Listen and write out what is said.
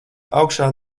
augšā